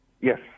yes